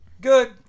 good